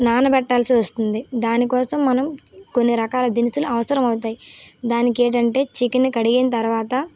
నానబెట్టాల్సి వస్తుంది దానికోసం మనం కొన్ని రకాల దినుసులు అవసరమౌతాయి దానికి ఏంటంటే చికెన్ కడిగిన తరువాత